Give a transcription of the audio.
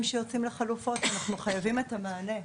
שיוצאים לחלופות אנחנו חייבים את המענה.